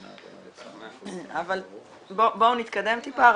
אבל בואו נתקדם טיפה,